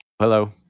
Hello